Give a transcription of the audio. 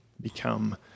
become